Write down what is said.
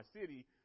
city